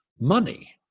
money